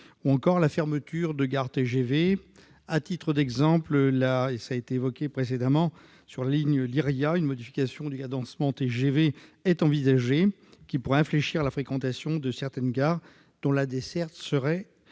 ou encore la fermeture de gares de TGV. À titre d'exemple, cela a été évoqué précédemment, sur la ligne Lyria, on envisage une modification du cadencement des TGV, ce qui pourrait infléchir la fréquentation de certaines gares, dont la desserte serait